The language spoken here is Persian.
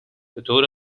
بطور